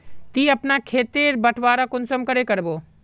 ती अपना खेत तेर बटवारा कुंसम करे करबो?